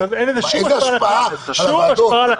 איזה השפעה על הוועדות?